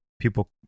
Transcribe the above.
people